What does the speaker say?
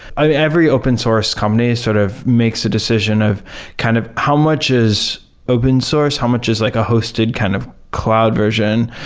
i mean, every open source company sort of makes a decision of kind of how much is open source. how much is like a hosted kind of cloud version?